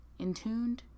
Intuned